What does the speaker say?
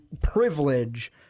privilege